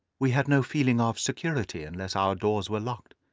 we had no feeling of security unless our doors were locked.